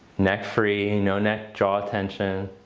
neck free, no neck draw tension.